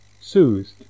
soothed